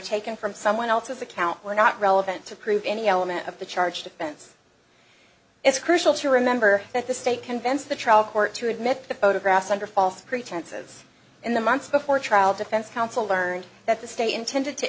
taken from someone else's account were not relevant to prove any element of the charge defense it's crucial to remember that the state convinced the trial court to admit the photographs under false pretenses in the months before trial defense counsel learned that the state intended to